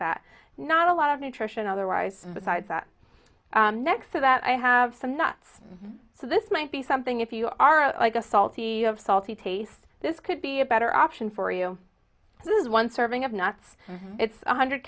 fat not a lot of nutrition otherwise besides that next so that i have some nuts so this might be something if you are like a salty of salty taste this could be a better option for you this is one serving of nuts it's one hundred